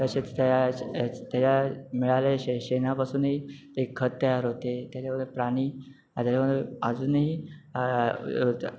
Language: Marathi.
तशेच त्याच्या मिळाल्या शे श्रेणापासूनही खत तयार होते त्याच्यामदे प्राणी त्याच्यामदे अजूनही